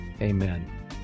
Amen